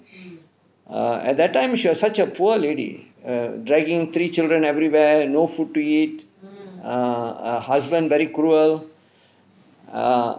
err at that time she was such a poor lady err dragging three children everywhere no food to eat err err husband very cruel err